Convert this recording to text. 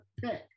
pick